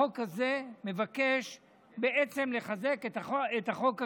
החוק הזה מבקש לחזק את החוק הקיים,